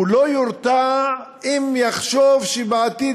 הוא לא יורתע אם יחשוב שבעתיד,